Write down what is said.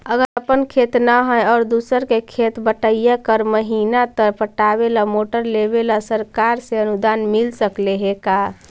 अगर अपन खेत न है और दुसर के खेत बटइया कर महिना त पटावे ल मोटर लेबे ल सरकार से अनुदान मिल सकले हे का?